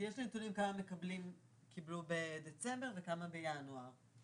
יש לי נתונים על כמה קבלו בדצמבר וכמה קבלו בינואר.